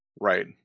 Right